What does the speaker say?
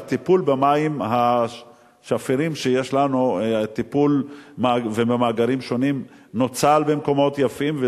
שהטיפול במים השפירים שיש לנו ובמאגרים השונים נוצל במקומות יפים,